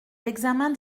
l’examen